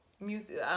music